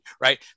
Right